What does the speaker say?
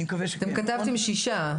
אתם כתבתם שישה.